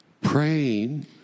Praying